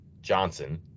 Johnson